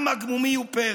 / עם עגמומי ופרא,